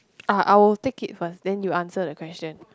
ah I will take it first then you answer the question